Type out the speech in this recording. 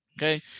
Okay